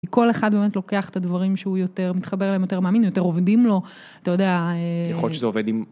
כל אחד באמת לוקח את הדברים שהוא יותר מתחבר אליהם, יותר מאמין, יותר עובדים לו, אתה יודע... יכול להיות שזה עובד עם...